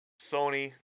Sony